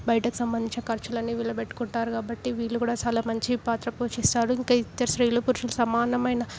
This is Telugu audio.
బయటకు సంబంధించిన ఖర్చులన్నీ వీళ్ళు పెట్టుకుంటారు కాబట్టి వీళ్ళు కూడా చాలా మంచి పాత్ర పోషిస్తారు ఇంకా ఇద్దరు స్త్రీలు పురుషులు సమానమైన